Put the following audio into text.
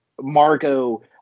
Margot